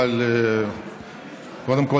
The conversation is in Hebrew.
אבל קודם כול,